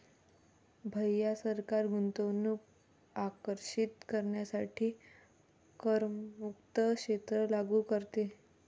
भैया सरकार गुंतवणूक आकर्षित करण्यासाठी करमुक्त क्षेत्र लागू करते